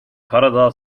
karadağ